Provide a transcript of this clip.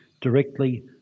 directly